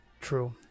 True